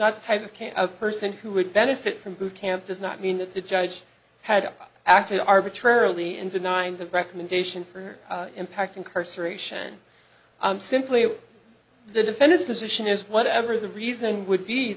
not the type of can a person who would benefit from boot camp does not mean that the judge had acted arbitrarily and denying the recommendation for her impact incarceration i'm simply the defense's position is whatever the reason would be